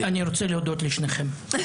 אני רוצה להודות לשניכם.